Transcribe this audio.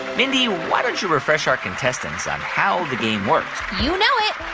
mindy, why don't you refresh our contestants on how the game works? you know it.